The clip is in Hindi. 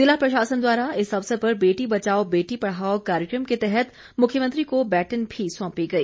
ज़िला प्रशासन द्वारा इस अवसर पर बेटी बचाओ बेटी पढ़ाओ कार्यक्रम के तहत मुख्यमंत्री को बैटन भी सौंपी गई